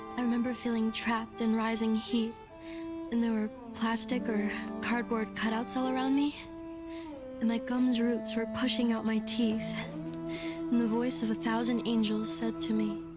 i remember feeling trapped in rising heat and there were plastic or cardboard cutouts all around me and my gums roots were pushing out my teeth and the voice of a thousand angels said to me,